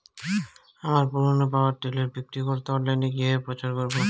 আমার পুরনো power tiller বিক্রি করাতে অনলাইনে কিভাবে প্রচার করব?